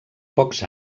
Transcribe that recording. pocs